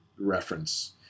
reference